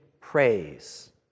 praise